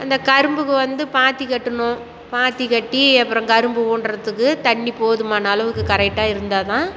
இந்த கரும்புக்கு வந்து பாத்தி கட்டணும் பாத்தி கட்டி அப்புறம் கரும்பு ஊண்றதுக்கு தண்ணி போதுமான அளவுக்கு கரெக்டாக இருந்தால்தான்